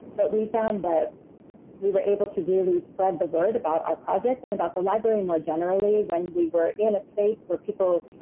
but we found that we were able to really spread the word about our project and about the library more generally when we were in a space where people,